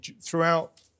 throughout